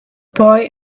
boy